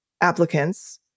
applicants